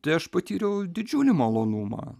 tai aš patyriau didžiulį malonumą